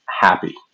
happy